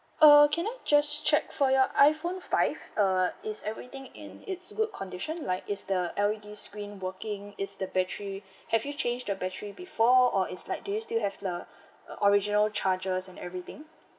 uh can I just check for your iPhone five uh is everything in it's good condition like is the L_E_D screen working is the battery have you changed the battery before or is like do you still have the uh original charges and everything